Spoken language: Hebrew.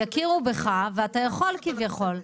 יכירו בך ואתה יכול כביכול.